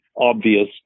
obvious